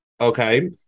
Okay